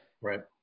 Right